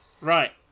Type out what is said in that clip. Right